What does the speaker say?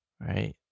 right